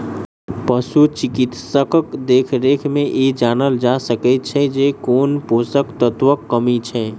पशु चिकित्सकक देखरेख मे ई जानल जा सकैत छै जे कोन पोषण तत्वक कमी छै